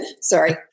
Sorry